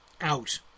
out